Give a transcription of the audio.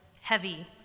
heavy